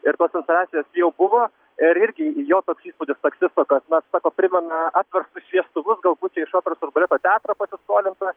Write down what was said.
ir tos instaliacijos jau buvo ir irgi jo toks įspūdis taksisto kad na sako primena apverstus šviestuvus galbūt čia iš operos ir baleto teatro pasiskolinta